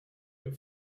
your